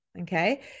Okay